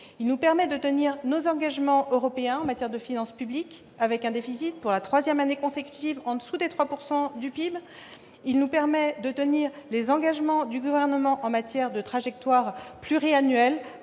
Il nous permet de tenir nos engagements européens en matière de finances publiques, avec un déficit pour la troisième année consécutive en dessous des 3 % du PIB, et de tenir les engagements du Gouvernement en matière de trajectoire pluriannuelle,